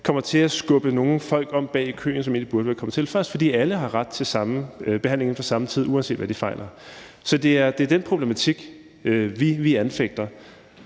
kommer til at skubbe nogle folk om bag i køen, som egentlig burde være kommet til først. For alle har ret til behandlinger inden for samme tid, uanset hvad de fejler. Så det er den problematik, vi anfægter.